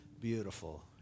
beautiful